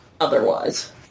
otherwise